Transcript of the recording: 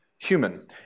Human